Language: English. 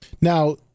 Now